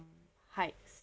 heights